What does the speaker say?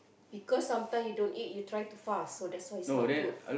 because sometime you don't eat you try to fast so that's why it's not good